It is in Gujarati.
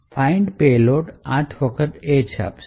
find payload 8 વખત A છાપશે